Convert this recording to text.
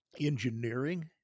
Engineering